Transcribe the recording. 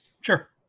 Sure